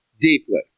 deeply